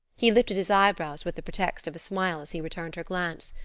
he lifted his eyebrows with the pretext of a smile as he returned her glance.